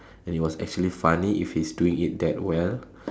then it was actually funny if he's doing it that well